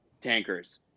tankers